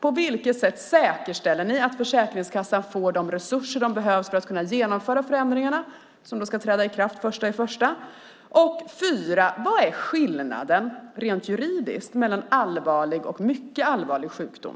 På vilket sätt säkerställer ni att Försäkringskassan får de resurser de behöver för att kunna genomföra förändringarna som ska träda i kraft den 1 januari? 4. Vad är skillnaden rent juridiskt mellan allvarlig och mycket allvarlig sjukdom?